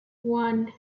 one